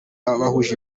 abahuje